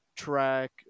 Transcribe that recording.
track